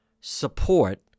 support